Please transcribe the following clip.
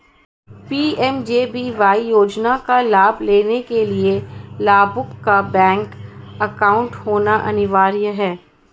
PMJBY योजना का लाभ लेने के लिया लाभुक का बैंक अकाउंट होना अनिवार्य है